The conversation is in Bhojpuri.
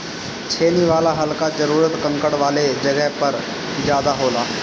छेनी वाला हल कअ जरूरत कंकड़ वाले जगह पर ज्यादा होला